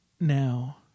Now